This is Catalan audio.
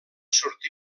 sortir